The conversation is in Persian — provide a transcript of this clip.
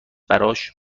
براش